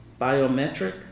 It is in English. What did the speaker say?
biometric